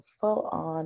full-on